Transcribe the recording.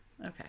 Okay